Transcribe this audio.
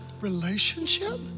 relationship